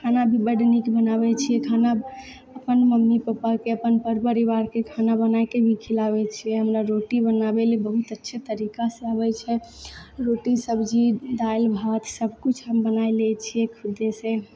खाना भी बड नीक बनाबै छियै खाना अपन मम्मी पापाके अपन पर परिवारके खाना बनाके भी खिलाबै छियै हमरा रोटी बनाबैले बहुत अच्छा तरीकासँ आबै छै रोटी सब्जी दालि भात सबकिछु हम बनाय लए छियै खुदे से